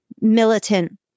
militant